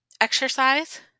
exercise